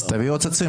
אז תביאו עציצים.